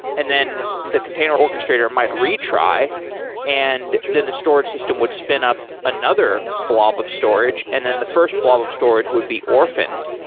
and then the container orchestrator might retry and then the storage system would spin up another blob of storage, and then the first blog of storage would be orphaned.